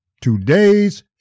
today's